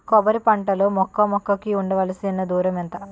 కొబ్బరి పంట లో మొక్క మొక్క కి ఉండవలసిన దూరం ఎంత